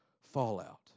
fallout